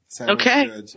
Okay